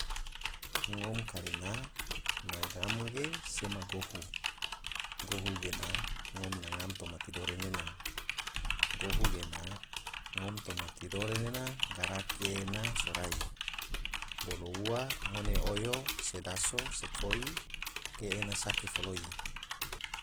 Ngom karena na ngam ge sema gohu, gohu gena ngom na ngam toma tidore nena, gohu gena ngom toma tidore nena garaki ena sorai, bolo ua ngone oyo se daso, se koi, ge ena saki foloi.